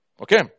Okay